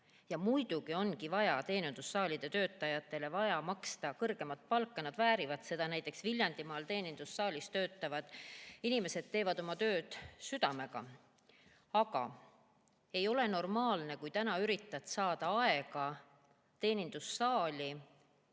Muidugi ongi vaja teenindussaalide töötajatele maksta kõrgemat palka, nad väärivad seda. Näiteks Viljandimaal teenindussaalis töötavad inimesed teevad oma tööd südamega. Aga ei ole normaalne, et kui täna üritad saada aega teenindussaali,